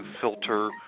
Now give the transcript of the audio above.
filter